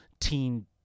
teen